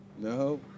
No